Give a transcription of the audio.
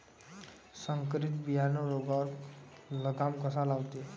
संकरीत बियानं रोगावर लगाम कसा लावते?